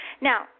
Now